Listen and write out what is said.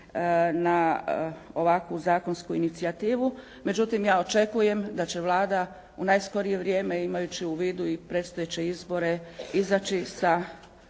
na ovakvu zakonsku inicijativu, međutim ja očekujem da će Vlada u najskorije vrijeme imajući u vidu i predstojeće izbore, izaći sa